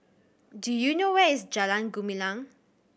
do you know where is Jalan Gumilang